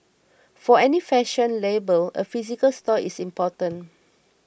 for any fashion label a physical store is important